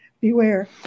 beware